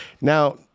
Now